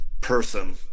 person